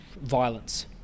violence